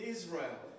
Israel